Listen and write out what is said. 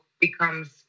becomes